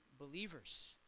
believers